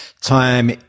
time